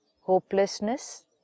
hopelessness